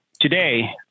today